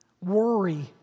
Worry